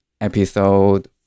episode